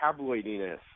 tabloidiness